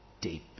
deep